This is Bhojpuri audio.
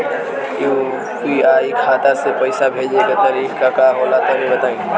यू.पी.आई खाता से पइसा भेजे के तरीका का होला तनि बताईं?